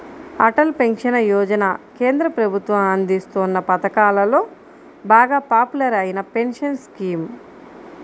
Atal pension Yojana కేంద్ర ప్రభుత్వం అందిస్తోన్న పథకాలలో బాగా పాపులర్ అయిన పెన్షన్ స్కీమ్